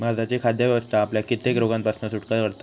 भारताची खाद्य व्यवस्था आपल्याक कित्येक रोगांपासना सुटका करता